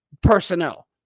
personnel